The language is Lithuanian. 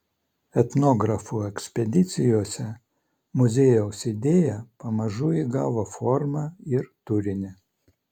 etnografų ekspedicijose muziejaus idėja pamažu įgavo formą ir turinį